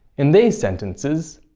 in these sentences,